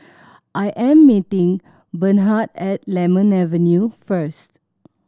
I am meeting Bernhard at Lemon Avenue first